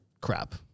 crap